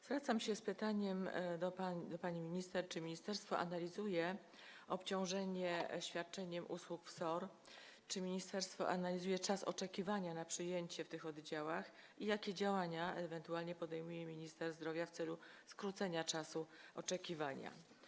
Zwracam się z pytaniami do pani minister, czy ministerstwo analizuje obciążenie świadczeniem usług w SOR, czy ministerstwo analizuje czas oczekiwania na przyjęcie w tych oddziałach i jakie działania ewentualnie podejmuje minister zdrowia w celu skrócenia czasu oczekiwania.